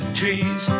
trees